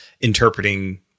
interpreting